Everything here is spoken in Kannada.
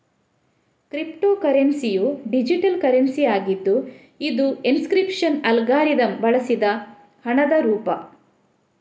ಕ್ರಿಪ್ಟೋ ಕರೆನ್ಸಿಯು ಡಿಜಿಟಲ್ ಕರೆನ್ಸಿ ಆಗಿದ್ದು ಇದು ಎನ್ಕ್ರಿಪ್ಶನ್ ಅಲ್ಗಾರಿದಮ್ ಬಳಸಿದ ಹಣದ ರೂಪ